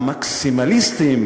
המקסימליסטים,